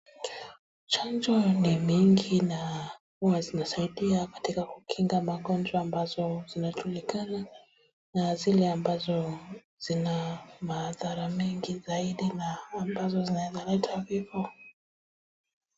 Chanjo ni mingi na huwa zinasaidia katika kukinga magonjwa ambazo zinajulikana na zile ambazo zina madhara mengi zaidi na ambazo zinaweza leta vifo.